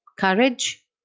Courage